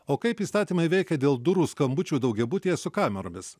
o kaip įstatymai veikia dėl durų skambučių daugiabutyje su kameromis